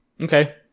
Okay